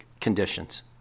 conditions